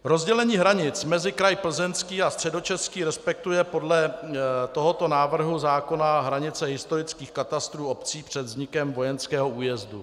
Rozdělení hranic mezi kraj Plzeňský a Středočeský respektuje podle tohoto návrhu zákona hranice historických katastrů obcí před vznikem vojenského újezdu.